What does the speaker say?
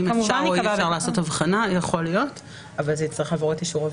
האם אפשר או אי אפשר לעשות הבחנה.